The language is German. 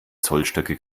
zollstöcke